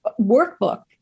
workbook